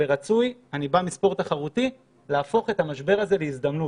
ורצוי להפוך את המשבר הזה להזדמנות.